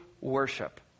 worship